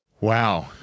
Wow